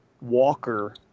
Walker